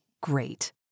great